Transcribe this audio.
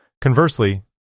Conversely